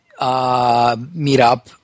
meetup